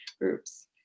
groups